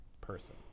person